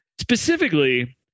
Specifically